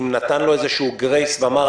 אם נתן לו איזשהו גרייס ואמר,